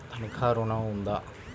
తనఖా ఋణం ఉందా?